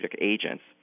agents